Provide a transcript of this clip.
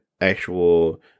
actual